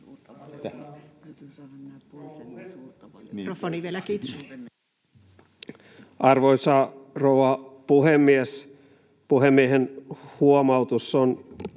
Arvoisa rouva puhemies! Puhemiehen huomautus on